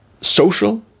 social